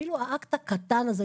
אפילו האקט הקטן הזה,